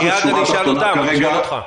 מיד אני אשאל אותם אבל אני שואל גם אותך.